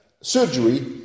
surgery